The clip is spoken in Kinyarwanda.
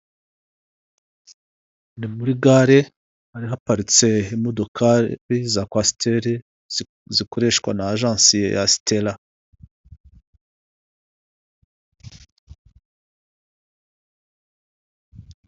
Ni muri gare hari haparitse imodoka za kwasiteri zikoreshwa na ajanse ya sitela.